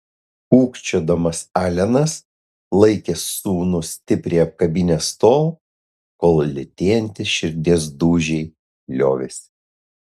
kūkčiodamas alenas laikė sūnų stipriai apkabinęs tol kol lėtėjantys širdies dūžiai liovėsi